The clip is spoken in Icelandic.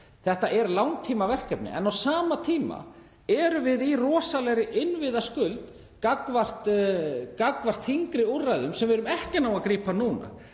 Þetta er langtímaverkefni. En á sama tíma erum við í rosalegri innviðaskuld gagnvart þyngri úrræðum sem við erum ekki að ná að grípa núna.